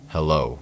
Hello